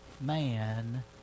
man